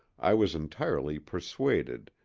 i was entirely persuaded,